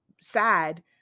sad